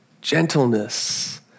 gentleness